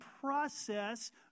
process